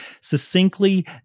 succinctly